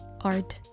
art